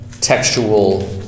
textual